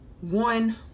one